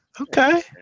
Okay